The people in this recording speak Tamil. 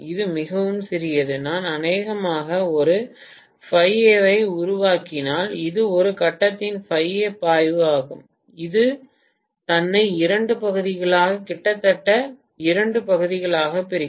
இது மிகவும் சிறியது நான் அநேகமாக ஒரு ஐ உருவாக்கினால் இது ஒரு கட்டத்தின் பாய்வு ஆகும் இது தன்னை இரண்டு பகுதிகளாக கிட்டத்தட்ட கிட்டத்தட்ட இரண்டு பகுதிகளாக பிரிக்கும்